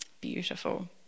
Beautiful